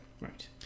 right